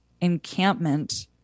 encampment